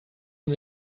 von